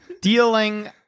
dealing